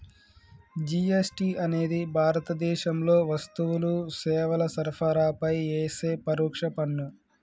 GST అనేది భారతదేశంలో వస్తువులు, సేవల సరఫరాపై యేసే పరోక్ష పన్ను